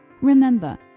remember